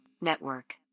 Network